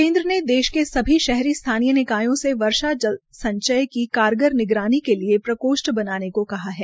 केन्द्र ने देश के सभी श्हरी स्थानीय निकायों से वर्षा जल संचय को कारगर निगरानी के लिये प्रकोष्ठ बनाने को कहा है